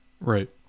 Right